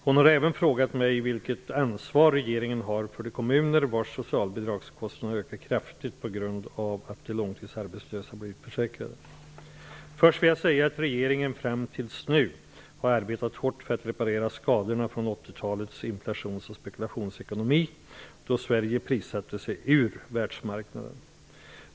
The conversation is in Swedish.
Hon har även frågat mig vilket ansvar regeringen har för de kommuner vars socialbidragskostnader ökar kraftigt på grund av att de långtidsarbetslösa blir utförsäkrade. Först vill jag säga att regeringen fram tills nu har arbetat hårt för att reparera skadorna från 1980 talets inflations och spekulationsekonomi, då Sverige prissatte sig ur världsmarknaden.